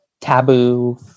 taboo